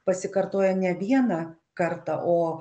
pasikartoja ne vieną kartą o